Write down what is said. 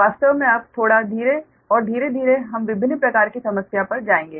वास्तव में अब थोड़ा धीरे और धीरे धीरे हम विभिन्न प्रकार की समस्या पर जाएंगे